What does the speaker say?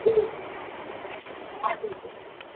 जी जी हा टीचर